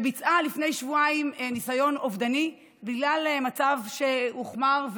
ביצעה לפני שבועיים ניסיון אובדני בגלל מצב שהוחמר,